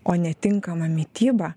o netinkama mityba